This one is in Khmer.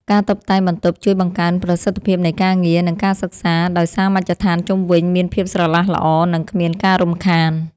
ការតុបតែងបន្ទប់ជួយបង្កើនប្រសិទ្ធភាពនៃការងារ និងការសិក្សា ដោយសារមជ្ឈដ្ឋានជុំវិញមានភាពស្រឡះល្អ និងគ្មានការរំខាន។